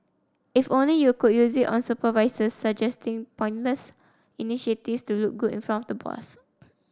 if only you could use it on supervisors suggesting pointless initiatives to look good in front of the boss